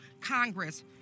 Congress